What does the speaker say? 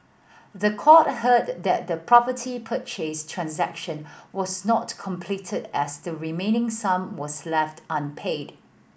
the court heard that the property purchase transaction was not completed as the remaining sum was left unpaid